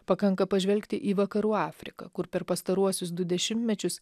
pakanka pažvelgti į vakarų afriką kur per pastaruosius du dešimtmečius